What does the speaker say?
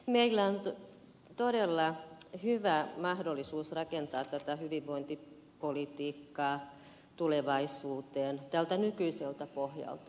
meillä on todella hyvä mahdollisuus rakentaa tätä hyvinvointipolitiikkaa tulevaisuuteen tältä nykyiseltä pohjalta